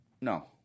No